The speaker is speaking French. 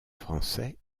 français